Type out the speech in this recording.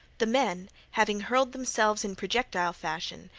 the men, having hurled themselves in projectile fashion,